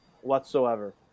whatsoever